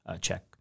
check